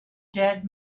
dead